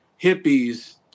Hippies